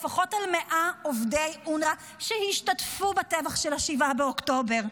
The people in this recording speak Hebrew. לפחות על 100 עובדי אונר"א שהשתתפו בטבח של 7 באוקטובר.